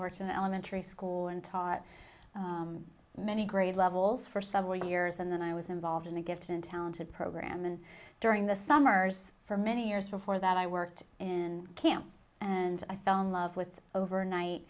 worked in elementary school and taught many grade levels for several years and then i was involved in the gifted and talented program and during the summers for many years before that i worked in camps and i fell in love with overnight